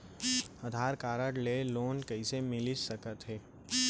आधार card ले loan कइसे मिलिस सकत हे?